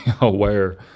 aware